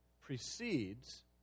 precedes